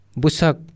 busak